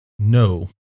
no